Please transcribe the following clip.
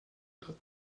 dot